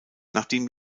nachdem